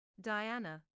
Diana